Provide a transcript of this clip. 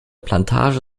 plantage